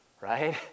right